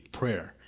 prayer